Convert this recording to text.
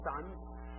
sons